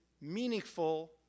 meaningful